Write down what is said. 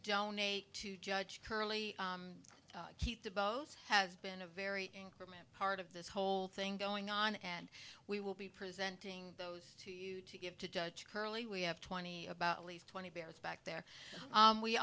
donate to judge hurley keep the boat has been a very inclement part of this whole thing going on and we will be presenting those to you to give to judge hurley we have twenty about at least twenty years back there